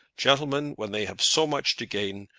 gentlemen, when they have so much to gain,